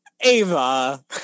Ava